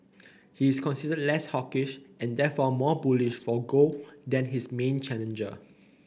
he is considered less hawkish and therefore more bullish for gold than his main challenger